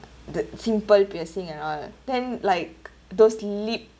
the simple piercing and all then like those lip